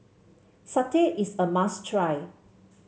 satay is a must try